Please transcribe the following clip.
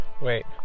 wait